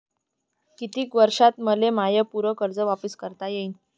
कितीक वर्षात मले माय पूर कर्ज वापिस करता येईन?